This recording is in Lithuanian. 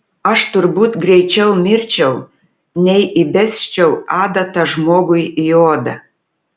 aš turbūt greičiau mirčiau nei įbesčiau adatą žmogui į odą